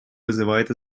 вызывает